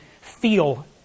feel